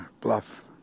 bluff